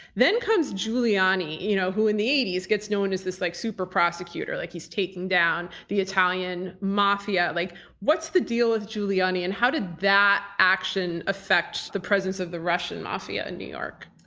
then comes giuliani, you know who in the eighty s gets known as this like super prosecutor, like he's taking down the italian mafia. like what's the deal with giuliani, and how did that action affect the presence of the russian mafia in new york?